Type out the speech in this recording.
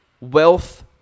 wealth